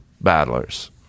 battlers